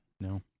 No